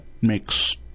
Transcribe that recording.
makes